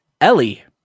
Ellie